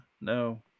No